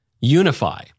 unify